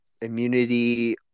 immunity